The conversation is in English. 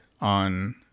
on